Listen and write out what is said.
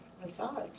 massage